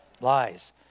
Lies